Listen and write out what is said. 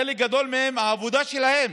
חלק גדול מהם, העבודה שלהם